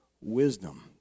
wisdom